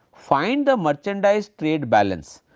find the merchandise trade balance,